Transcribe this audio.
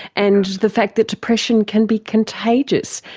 and the fact that depression can be contagious.